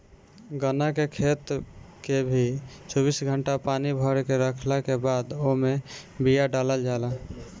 गन्ना के खेत के भी चौबीस घंटा पानी भरके रखला के बादे ओमे बिया डालल जाला